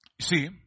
see